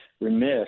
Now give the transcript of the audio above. remiss